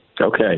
Okay